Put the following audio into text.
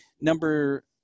Number